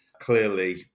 clearly